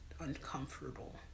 uncomfortable